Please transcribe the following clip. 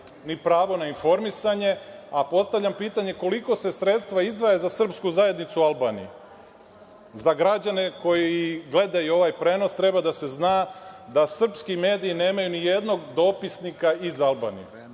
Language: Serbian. ni pravo na informisanje, a postavljam pitanje koliko se sredstva izdvaja za srpsku zajednicu u Albaniji? Za građane koji gledaju ovaj prenos treba da se zna da srpski mediji nemaju ni jednog dopisnika iz Albanije.